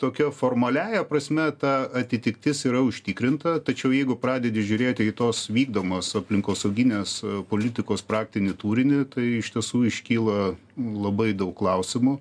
tokia formaliąja prasme ta atitiktis yra užtikrinta tačiau jeigu pradedi žiūrėti į tos vykdomos aplinkosauginės politikos praktinį turinį tai iš tiesų iškyla labai daug klausimų